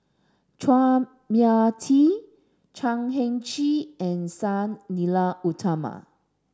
Chua Mia Tee Chan Heng Chee and Sang Nila Utama